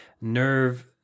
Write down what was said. nerve